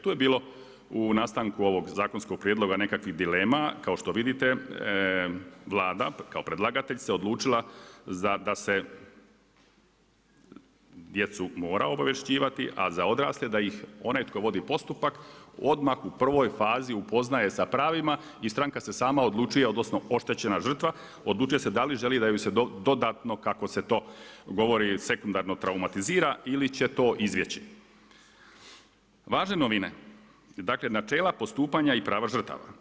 Tu je bilo u nastanku ovog zakonskog prijedloga nekakvih dilema, kao što vidite, Vlada kao predlagatelj se odlučila da se djecu mora obavješćivati, a za odrasle da ih onaj tko vodi postupak, odmah u prvoj fazi upoznaje sa pravima, i stranka se sama odlučuje, odnosno oštećena žrtva, odlučuje da li želi da joj se dodatno, kako se to govori, sekundarno traumatizira ili će to … Važne novine, dakle načela postupanja i prava žrtava.